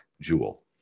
Jewel